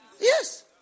Yes